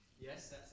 yes